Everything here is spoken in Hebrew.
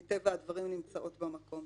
ומטבע הדברים נמצאות במקום,